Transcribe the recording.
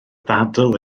ddadl